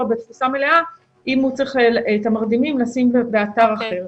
בתפוסה מלאה אם הוא צריך את המרדימים לשים באתר אחר.